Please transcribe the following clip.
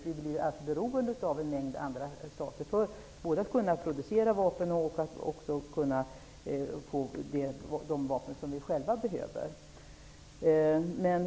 Vi blir beroende av en mängd andra stater för att kunna producera vapen och för att kunna få de vapen som vi själva behöver.